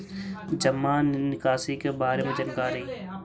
जामा निकासी के बारे में जानकारी?